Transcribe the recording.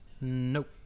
Nope